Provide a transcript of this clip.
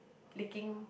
licking